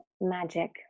Magic